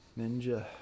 Ninja